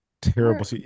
terrible